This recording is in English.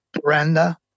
Brenda